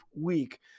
week